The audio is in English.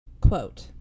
Quote